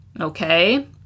okay